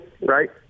right